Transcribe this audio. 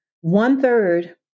one-third